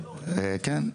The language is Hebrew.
כן.